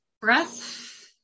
breath